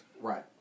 Right